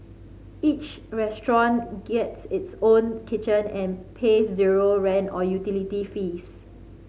each restaurant gets its own kitchen and pays zero rent or utility fees